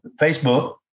Facebook